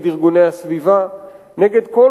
נגד ארגוני הסביבה,